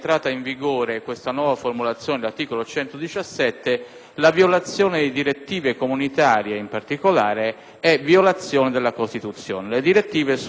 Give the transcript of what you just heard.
la violazione di direttive comunitarie, in particolare, significa violazione della Costituzione, poiché le direttive sono norme interposte rispetto al controllo di costituzionalità.